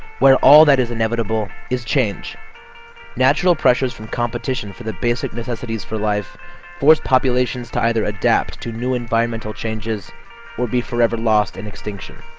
where all that is inevitable is change natural pressures from competition for the basic necessities for life forced populations to either adapt to new environmental changes will be forever lost in extinction